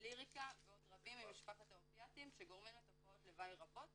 ליריקה ועוד רבים ממשפחת האופיאטיים שגורמים לתופעות לוואי רבות